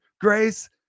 grace